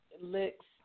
licks